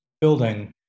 building